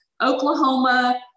Oklahoma